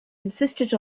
insisted